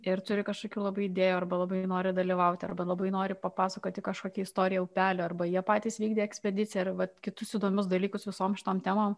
ir turi kažkokių labai idėjų arba labai nori dalyvauti arba labai nori papasakoti kažkokią istoriją upelio arba jie patys vykdė ekspediciją ar vat kitus įdomius dalykus visom šitom temom